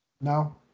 No